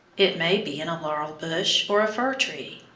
it may be in a laurel-bush or a fir-tree.